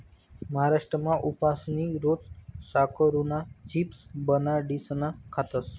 महाराष्ट्रमा उपासनी रोज साकरुना चिप्स बनाडीसन खातस